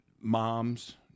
moms